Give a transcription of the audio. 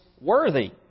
worthy